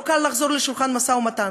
לא קל לחזור לשולחן המשא-ומתן,